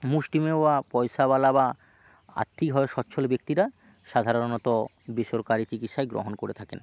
মুষ্টিমেয় বা পয়সাওয়ালা বা আর্থিক ভাবে সচ্ছল ব্যক্তিরা সাধারণত বেসরকারি চিকিৎসাই গ্রহণ করে থাকেন